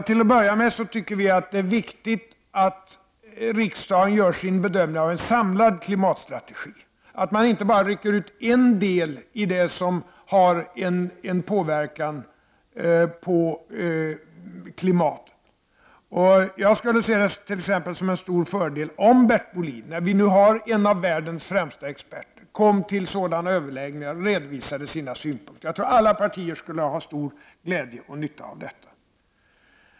Till att börja med kan jag säga att vi tycker att det är viktigt att riksdagen gör sin bedömning av den samlade klimatstrategin, att man inte bara rycker ut en del av det som har en påverkan på klimatet. Jag skulle se det som en stor fördel om Bert Bolin, när vi nu har en av världens främsta experter, kom till sådana överläggningar och redovisade sina synpunkter. Jag tror att alla partier skulle ha stor glädje och nytta av det.